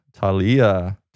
Talia